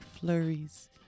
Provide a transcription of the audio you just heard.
flurries